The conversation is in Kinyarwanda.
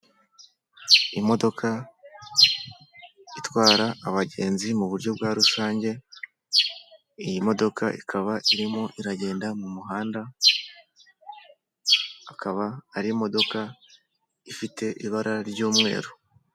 Imodoka itwara abagenzi mu buryo bwa rusange, iyi modoka ikaba irimo iragenda mu muhanda akaba ari imodoka ifite ibara ry'umweru.